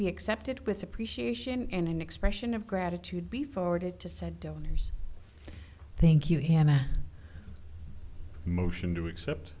be accepted with appreciation and an expression of gratitude be forwarded to said donors thank you hannah motion to accept